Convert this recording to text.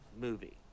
movie